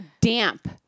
damp